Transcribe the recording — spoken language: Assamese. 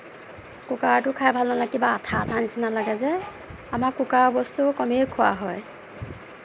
কুকাৰৰটো খাই ভাল নালাগে কিবা আঠা আঠা নিচিনা লাগে যে আমাৰ কুকাৰৰ বস্তু কমেই খোৱা হয়